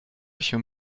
się